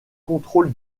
contrôle